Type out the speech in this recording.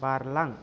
बारलां